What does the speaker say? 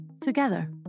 together